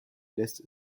lässt